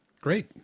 Great